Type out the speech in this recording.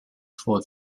for